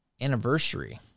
anniversary